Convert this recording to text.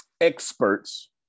experts